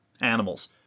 animals